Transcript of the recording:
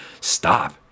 Stop